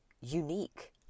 unique